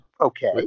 Okay